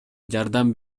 жардам